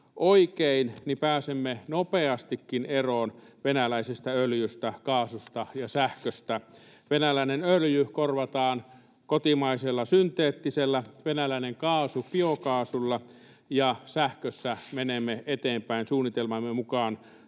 niin pääsemme nopeastikin eroon venäläisistä öljystä, kaasusta ja sähköstä. Venäläinen öljy korvataan kotimaisella synteettisellä, venäläinen kaasu biokaasulla, ja sähkössä menemme eteenpäin suunnitelmamme mukaan